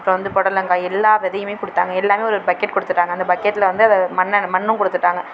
அப்புறம் வந்து புடலங்கா எல்லா விதையுமே கொடுத்தாங்க எல்லாமே ஒரு ஒரு பக்கெட் கொடுத்துட்டாங்க அந்த பக்கெட்டில் வந்து அதை மண்ணை மண்ணும் கொடுத்துட்டாங்க